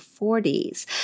40s